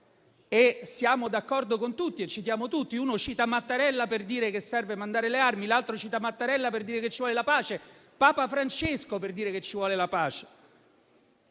Siamo d'accordo con tutti e citiamo tutti. Uno cita Mattarella per dire che serve mandare le armi, l'altro cita Mattarella per dire che ci vuole la pace, un altro ancora cita Papa Francesco per dire che ci vuole la pace.